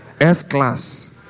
S-Class